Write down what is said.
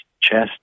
chest